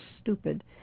stupid